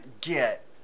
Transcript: get